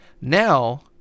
Now